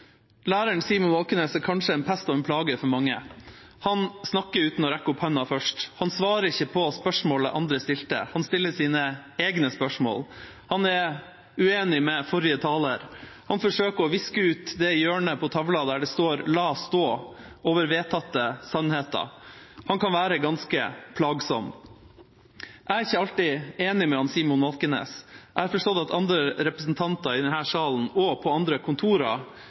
Læreren Simon Malkenes er kanskje en pest og en plage for mange. Han snakker uten å rekke opp hånda først. Han svarer ikke på spørsmålet andre stilte. Han stiller sine egne spørsmål. Han er uenig med forrige taler. Han forsøker å viske ut det hjørnet på tavlen der det står «la stå» over vedtatte sannheter. Han kan være ganske plagsom. Jeg er ikke alltid enig med Simon Malkenes. Jeg har forstått at andre representanter i denne salen og på andre kontorer